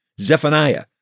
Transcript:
Zephaniah